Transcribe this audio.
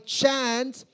chance